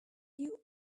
you